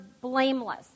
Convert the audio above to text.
blameless